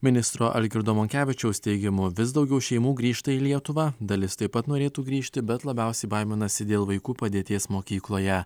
ministro algirdo monkevičiaus teigimu vis daugiau šeimų grįžta į lietuvą dalis taip pat norėtų grįžti bet labiausiai baiminasi dėl vaikų padėties mokykloje